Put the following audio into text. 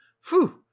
phew